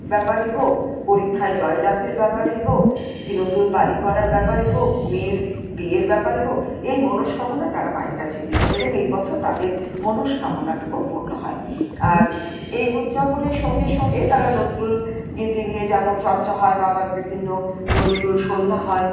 ব্যাপারে হোক পরীক্ষায় জয়লাভের ব্যাপারেই হোক কি নতুন বাড়ি করার ব্যাপারে হোক মেয়ের বিয়ের ব্যাপারে হোক এই মনস্কামনা তারা মায়ের কাছে গিয়ে করে যেন এই বছর তাদের মনস্কামনাটুকু পূর্ণ হয় আর এই উদযাপনের সঙ্গে সঙ্গে তারা নজরুলগীতি নিয়ে যেমন চর্চা হয় বা বা বিভিন্ন নজরুল সন্ধ্যা হয়